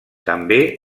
també